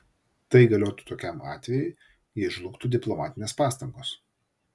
tai galiotų tokiam atvejui jei žlugtų diplomatinės pastangos